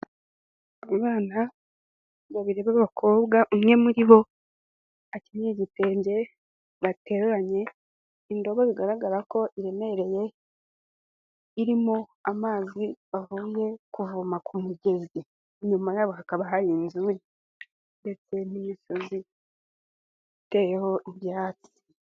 Abana babiri b'abakobwa, umwe muri bo akenyeye igitenge, bateruranye indobo bigaragara ko iremereye, irimo amazi bavuye kuvoma ku mugezi. Inyuma yabo hakaba hari inzu ndetse n'imisozi iteyeho ibyatsi.